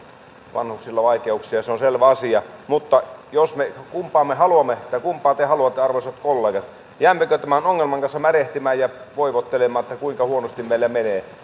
vanhuksilla vaikeuksia se on selvä asia mutta kumpaa me haluamme ja kumpaa te haluatte arvoisat kollegat jäämmekö tämän ongelman kanssa märehtimään ja voivottelemaan kuinka huonosti meillä menee